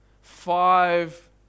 five